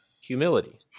Humility